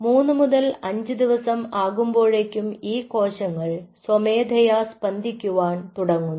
3 മുതൽ 5 ദിവസം ആകുമ്പോഴേക്കും ഈ കോശങ്ങൾ സ്വമേധയ സ്പന്ദിക്കുവാൻ തുടങ്ങുന്നു